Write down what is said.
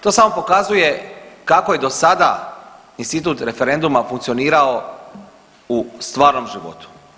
To samo pokazuje kako je dosada institut referenduma funkcionirao u stvarnom životu.